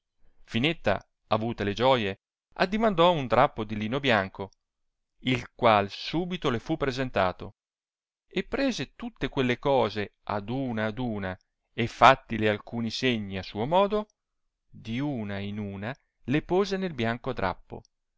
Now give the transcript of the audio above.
finetta avute le gioie addimandò un drappo di lino bianco il qual subito le fu presentato e prese tutte quelle cose ad una ad una e fattile alcuni segni a suo modo di una in una le pose nel bianco drajìpo